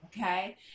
okay